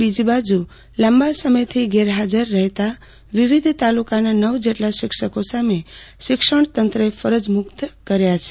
બીજી બાજુ લાંબા સમયથી ગેરહાજર રહેતા વિવિધ તાલુકાના નવ જેટલા શિક્ષકોને શિક્ષણતંત્રે ફરજમુક્ત કર્યા છે